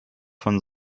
von